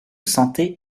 santé